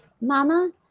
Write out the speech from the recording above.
Mama